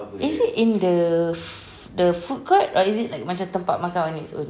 is it in the f~ the food court or is it like macam like tempat makan on its own